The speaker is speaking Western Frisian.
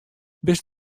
bist